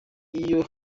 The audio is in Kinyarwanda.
iyo